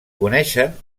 coneixen